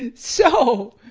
and so,